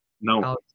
No